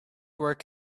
work